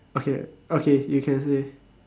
okay okay you can say